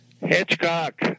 Hitchcock